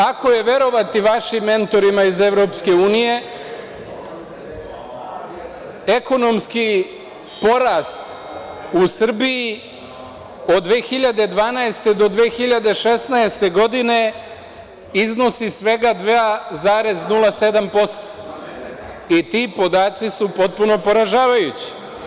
Ako je verovati vašim mentorima iz EU, ekonomski porast u Srbiji od 2012. do 2016. godine iznosi svega 2,07% i ti podaci su potpuno poražavajući.